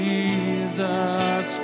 Jesus